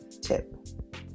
tip